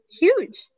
huge